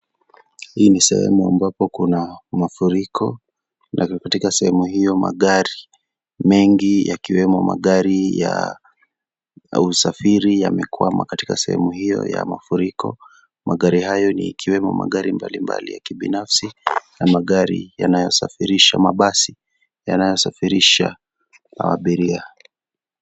Hii ni sehemu ambapo kuna mafuriko na katika sehemu hiyo magari mengi yakiwemo magari ya usafiri yamekwama katika sehemu hiyo ya mafuriko, magari hayo ni ikiwemo magari mbalimbali ya kibinafsi na magari yanayosafirisha mabasi yanayosafirishi abiria.